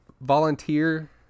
volunteer